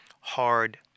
hard